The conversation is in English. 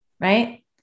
right